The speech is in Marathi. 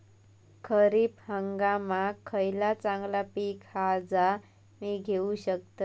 खरीप हंगामाक खयला चांगला पीक हा जा मी घेऊ शकतय?